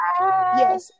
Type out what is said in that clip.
yes